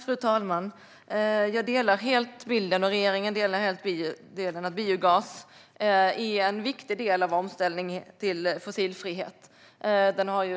Fru talman! Jag och regeringen instämmer helt i bilden att biogas är en viktig del av omställningen till fossilfrihet. Förutom att den